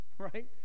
Right